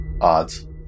Odds